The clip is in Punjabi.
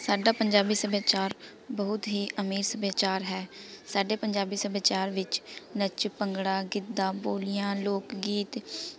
ਸਾਡਾ ਪੰਜਾਬੀ ਸੱਭਿਆਚਾਰ ਬਹੁਤ ਹੀ ਅਮੀਰ ਸੱਭਿਆਚਾਰ ਹੈ ਸਾਡੇ ਪੰਜਾਬੀ ਸੱਭਿਆਚਾਰ ਵਿੱਚ ਨੱਚ ਭੰਗੜਾ ਗਿੱਧਾ ਬੋਲੀਆਂ ਲੋਕ ਗੀਤ